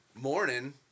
morning